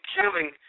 killing